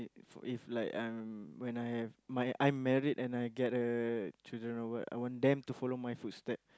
for if like I'm when I have my I'm married and I get uh children or what I want them to follow my footstep